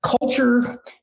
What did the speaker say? Culture